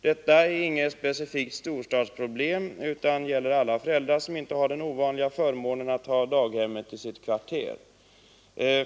Detta är inget specifikt storstadsproblem utan det gäller alla föräldrar som inte har den ovanliga förmånen att ha daghemmet i sitt kvarter.